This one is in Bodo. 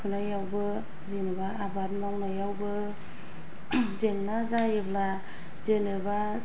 फुनायावबो जेनबा आबाद मावनायावबो जेंना जायोब्ला जेनेबा